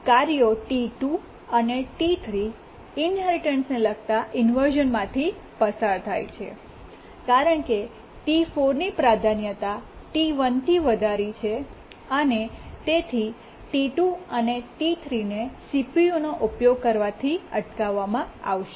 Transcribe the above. કાર્યો T2 અને T3 ઇન્હેરિટન્સને લગતા ઇન્વર્શ઼નમાંથી પસાર થાય છે કારણ કે T4 ની પ્રાધાન્યતા T1 થી વધારી છે અને તેથી T2 અને T3 ને CPUનો ઉપયોગ કરવાથી અટકાવવામાં આવશે